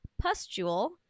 pustule